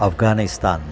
Afghanistan